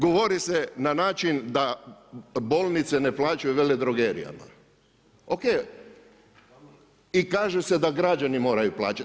Govori se na način da bolnice ne plaćaju veledrogerijama, ok i kaže se da građani moraju plaćati.